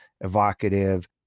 evocative